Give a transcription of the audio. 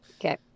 okay